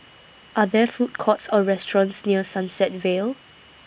Are There Food Courts Or restaurants near Sunset Vale